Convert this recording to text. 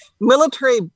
military